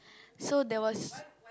so there was